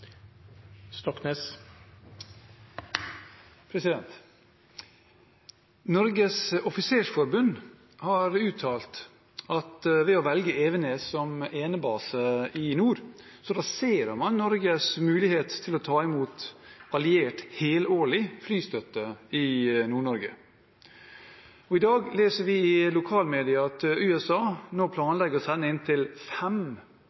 Norges Offisersforbund har uttalt at ved å velge Evenes som enebase i nord raserer man Norges mulighet til å ta imot alliert helårig flystøtte i Nord-Norge. I dag leser vi i lokale medier at USA nå planlegger å sende inntil fem